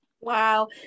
Wow